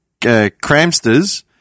cramsters